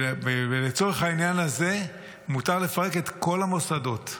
ולצורך העניין הזה מותר לפרק את כל המוסדות.